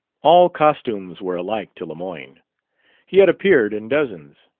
all costumes were alike to lemoyne he had appeared in dozens.